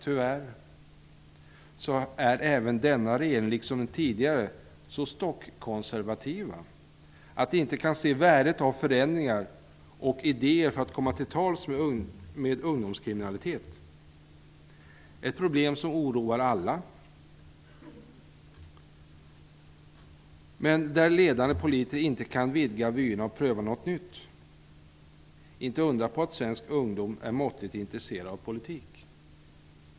Tyvärr är även denna regering, liksom den tidigare, så stockkonservativ att den inte kan se värdet av förändringar och idéer för att komma till tals med ungdomskriminalitet. Det är ett problem som oroar alla, men där ledande politiker inte kan vidga vyerna och pröva något nytt. Det är inte att undra på att svensk ungdom är måttligt intresserad av politik.